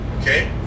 Okay